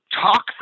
talk